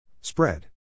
Spread